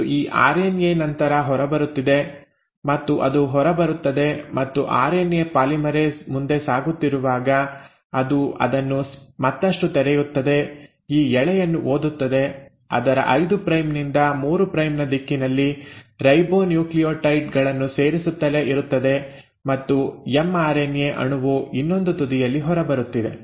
ಮತ್ತು ಈ ಆರ್ಎನ್ಎ ನಂತರ ಹೊರಬರುತ್ತಿದೆ ಮತ್ತು ಅದು ಹೊರಬರುತ್ತದೆ ಮತ್ತು ಆರ್ಎನ್ಎ ಪಾಲಿಮರೇಸ್ ಮುಂದೆ ಸಾಗುತ್ತಿರುವಾಗ ಅದು ಅದನ್ನು ಮತ್ತಷ್ಟು ತೆರೆಯುತ್ತದೆ ಈ ಎಳೆಯನ್ನು ಓದುತ್ತದೆ ಅದರ 5 ಪ್ರೈಮ್ ನಿಂದ 3 ಪ್ರೈಮ್ ನ ದಿಕ್ಕಿನಲ್ಲಿ ರೈಬೊನ್ಯೂಕ್ಲಿಯೊಟೈಡ್ ಗಳನ್ನು ಸೇರಿಸುತ್ತಲೇ ಇರುತ್ತದೆ ಮತ್ತು ಎಂಆರ್ಎನ್ಎ ಅಣುವು ಇನ್ನೊಂದು ತುದಿಯಲ್ಲಿ ಹೊರಬರುತ್ತಿದೆ